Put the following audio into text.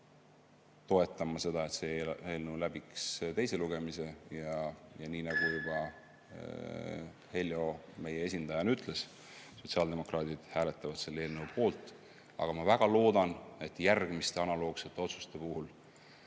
toetan ma seda, et see eelnõu läbiks teise lugemise. Nii nagu Heljo meie esindajana juba ütles, sotsiaaldemokraadid hääletavad selle eelnõu poolt. Aga ma väga loodan, et järgmiste analoogsete otsuste puhul